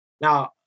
Now